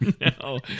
No